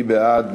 מי בעד?